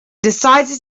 decided